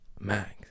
Max